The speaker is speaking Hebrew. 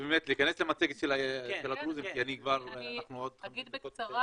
אומר בקצרה